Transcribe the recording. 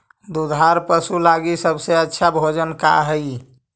दुधार पशु लगीं सबसे अच्छा भोजन का हई?